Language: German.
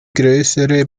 größere